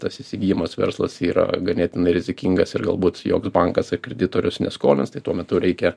tas įsigijimas verslas yra ganėtinai rizikingas ir galbūt joks bankas ar kreditorius neskolins tai tuo metu reikia